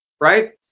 right